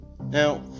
Now